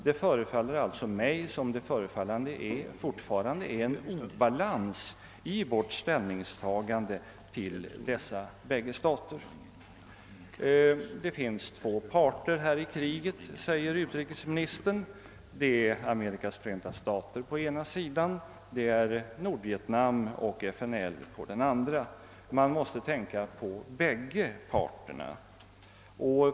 Det förefaller mig som om det råder obalans i vårt ställningstagande till dessa bägge stater. Det finns två parter i kriget, sade utrikesministern — på den ena sidan Amerikas förenta stater och på den andra sidan Nordvietnam och FNL, och man måste tänka på bägge parterna.